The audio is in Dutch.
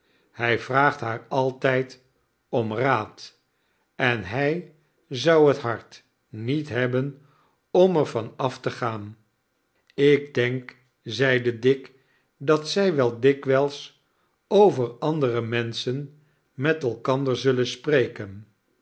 hij vraagt haar altijd om raad en hij zou het hart niet hebben om er van af te gaan ik denk zeide dick dat zij wel dikwijls over andere menschen met elkander zullen spreken